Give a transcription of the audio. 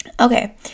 okay